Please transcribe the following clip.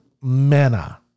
mana